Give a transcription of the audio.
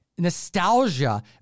nostalgia